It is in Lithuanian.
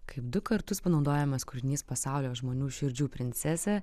kaip du kartus panaudojamas kūrinys pasaulio žmonių širdžių princese